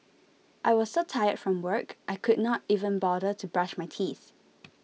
I was so tired from work I could not even bother to brush my teeth